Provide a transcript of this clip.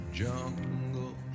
jungle